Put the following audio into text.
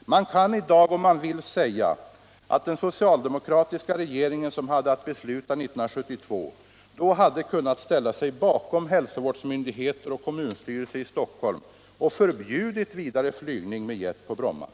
Man kan i dag, om man vill, säga att den socialdemokratiska regeringen, som hade att besluta 1972, då hade kunnat ställa sig bakom hälsovårdsmyndigheter och kommunstyrelse i Stockholm och förbjuda vidare flygning med jet på Bromma.